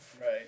Right